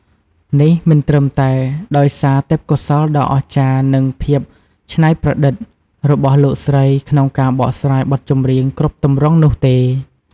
នេះមិនត្រឹមតែដោយសារ ទេពកោសល្យដ៏អស្ចារ្យ និង ភាពច្នៃប្រឌិត របស់លោកស្រីក្នុងការបកស្រាយបទចម្រៀងគ្រប់ទម្រង់នោះទេ។